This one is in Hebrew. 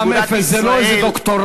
מע"מ אפס זה לא איזה דוקטורט.